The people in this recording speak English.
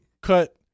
cut